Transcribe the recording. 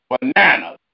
bananas